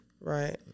Right